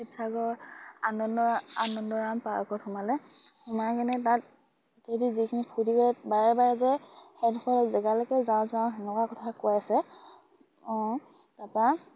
শিৱসাগৰ আনন্দ আনন্দৰাম পাৰ্কত সোমালে সোমাই কেনে তাত বাৰে বাৰে যে যাওঁ যাওঁ সেনেকুৱা কথা কৈ আছে তাপা